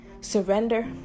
surrender